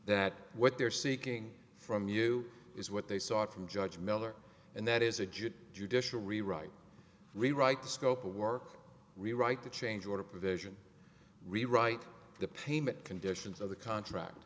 that what they're seeking from you is what they saw from judge miller and that is a good judicial rewrite rewrite the scope of work rewrite the change order provision rewrite the payment conditions of the contract